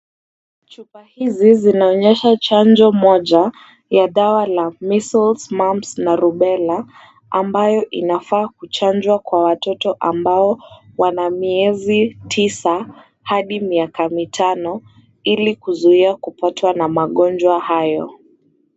Chupa hizi zinaonyesha chanjo moja ya dawa ya measles, mumps na Rubella ambayo inafaa kuchanjwa kwa watoto ambao wana miezi tisa hadi miaka mitano, ili kuzuia kupatwa na magonjwa hayo.